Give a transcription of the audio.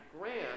Grant